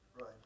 right